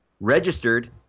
registered